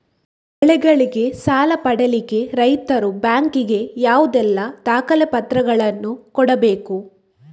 ಬೆಳೆಗಳಿಗೆ ಸಾಲ ಪಡಿಲಿಕ್ಕೆ ರೈತರು ಬ್ಯಾಂಕ್ ಗೆ ಯಾವುದೆಲ್ಲ ದಾಖಲೆಪತ್ರಗಳನ್ನು ಕೊಡ್ಬೇಕು?